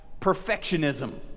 perfectionism